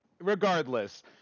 Regardless